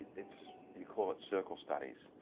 its you call it circle studies.